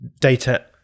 data